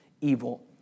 evil